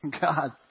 God